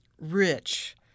rich